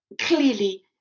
clearly